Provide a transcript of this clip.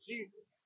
Jesus